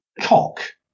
cock